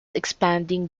expanding